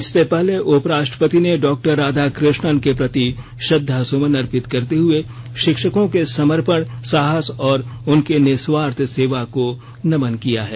इससे पहले उपराष्ट्रपति ने डॉक्टर राधाकृष्णन के प्रति श्रद्धा सुमन अर्पित करते हुए शिक्षकों के समर्पण साहस और उनकी निस्वार्थ सेवा को नमन किया है